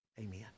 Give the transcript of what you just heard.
Amen